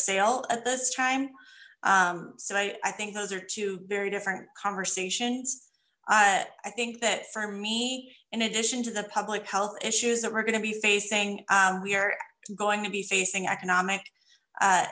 sale at this time so i think those are two very different conversations i think that for me in addition to the public health issues that we're going to be facing we are going to be facing economic